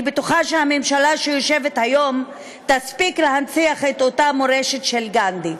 אני בטוחה שהממשלה שיושבת היום תספיק להנציח אותה מורשת של גנדי.